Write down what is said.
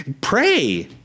Pray